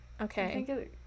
Okay